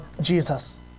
Jesus